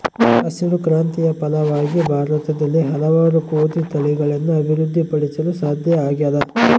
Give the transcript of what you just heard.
ಹಸಿರು ಕ್ರಾಂತಿಯ ಫಲವಾಗಿ ಭಾರತದಲ್ಲಿ ಹಲವಾರು ಗೋದಿ ತಳಿಗಳನ್ನು ಅಭಿವೃದ್ಧಿ ಪಡಿಸಲು ಸಾಧ್ಯ ಆಗ್ಯದ